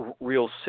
real